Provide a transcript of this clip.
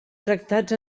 tractats